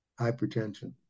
hypertension